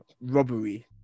Robbery